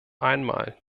einmal